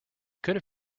could